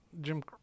Jim